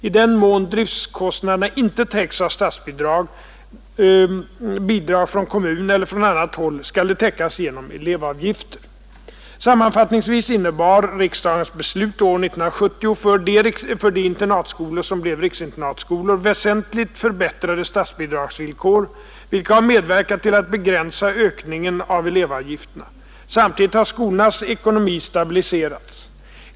I den mån driftkostnaderna inte täcks av statsbidrag, bidrag från kommuner eller från annat håll skall de täckas genom elevavgifter. Sammanfattningsvis innebar riksdagens beslut år 1970 för de internatskolor som blev riksinternatskolor väsentligt förbättrade statsbidragsvillkor, vilka har medverkat till att begränsa ökningen av elevavgifterna. Samtidigt har skolornas ekonomi stabiliserats.